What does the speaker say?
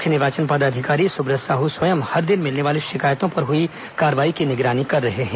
मुख्य निर्वाचन पदाधिकारी सुब्रत साह स्वयं हर दिन मिलने वाली शिकायतों पर हुई कार्रवाई की निगरानी कर रहे हैं